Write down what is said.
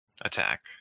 attack